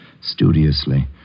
studiously